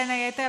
בין היתר,